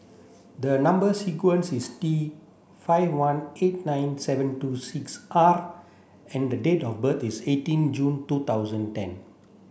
the number sequence is T five one eight nine seven two six R and the date of birth is eighteen June two thousand ten